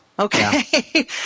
Okay